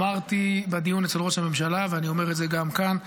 אמרתי בדיון אצל ראש הממשלה ואני אומר את זה גם כאן: